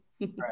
Right